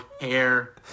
hair